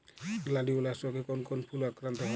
Gladiolus রোগে কোন কোন ফুল আক্রান্ত হয়?